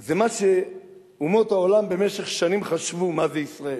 זה מה שאומות העולם במשך שנים חשבו מה זה ישראלי.